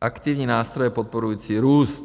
aktivní nástroje podporující růst.